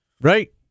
right